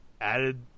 added